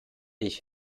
ich